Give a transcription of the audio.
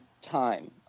time